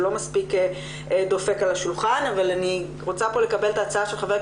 הוא לא מספיק דופק על השולחן ואני רוצה לקבל פה את ההצעה של ח"כ